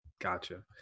Gotcha